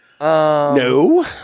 No